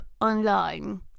online